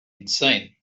insane